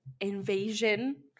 invasion